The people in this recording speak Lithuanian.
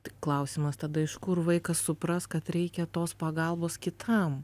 tai klausimas tada iš kur vaikas supras kad reikia tos pagalbos kitam